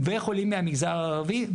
וחולים מהמגזר הערבי,